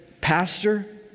pastor